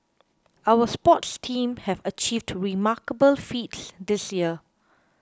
our sports teams have achieved remarkable feats this year